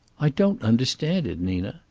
i don't understand it, nina.